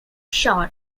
shot